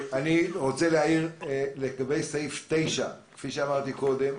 אני רוצה להעיר לגבי סעיף 9, כפי שאמרתי קודם,